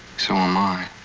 so am i.